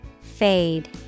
Fade